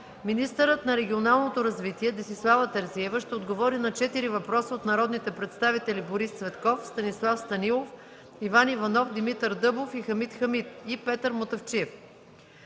Министърът на регионалното развитие Десислава Терзиева ще отговори на четири въпроса от народните представители Борис Цветкова, Станислав Станилов, Иван Иванов, Димитър Дъбов и Хамид Хамид, и Петър Мутафчиев.